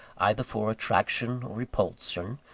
either for attraction or repulsion,